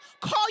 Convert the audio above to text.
call